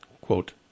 quote